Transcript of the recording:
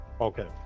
okay